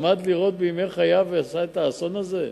למד לירות בימי חייו ועשה את האסון הזה.